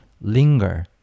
linger